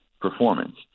performance